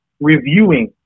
reviewing